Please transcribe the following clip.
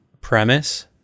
premise